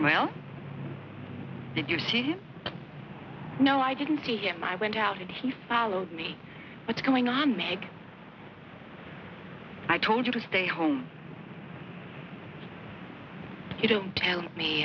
well did you see him no i didn't see him i went out he followed me what's going on mick i told you to stay home you don't tell me